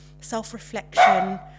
self-reflection